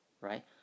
right